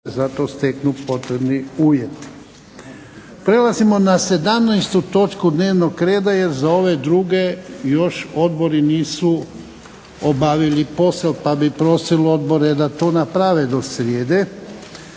**Jarnjak, Ivan (HDZ)** Prelazimo na 17. točku dnevnog reda jer za ove druge još odbori nisu obavili posao pa bi prosil odbore da to naprave do srijede.